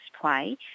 play